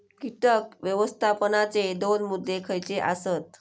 कीटक व्यवस्थापनाचे दोन मुद्दे खयचे आसत?